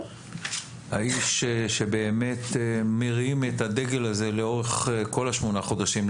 האיש שבאמת מרים את הדגל הזה לאורך כל השמונה חודשים,